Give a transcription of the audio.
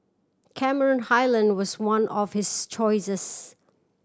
Cameron Highland was one of his choices